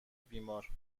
بیمار